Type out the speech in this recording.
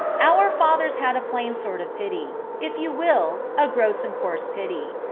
our fathers had a plain sort of pity if you will, a gross and coarse pity.